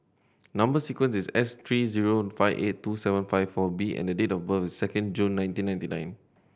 number sequence is S three zero five eight two seven four B and date of birth is second June nineteen ninety